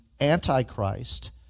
Antichrist